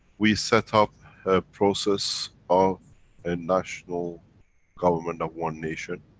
we set up a process of a national government of one nation.